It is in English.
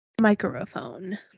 microphone